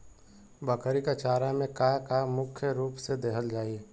बकरी क चारा में का का मुख्य रूप से देहल जाई?